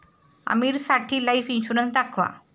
आमीरसाठी life insurance दाखवा